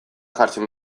jartzen